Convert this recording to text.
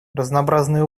разнообразные